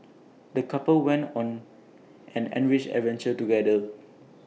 the couple went on an enriching adventure together